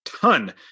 ton